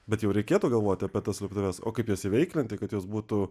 bet jau reikėtų galvoti apie tas slėptuves o kaip jas įveiklinti kad jos būtų